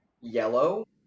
yellow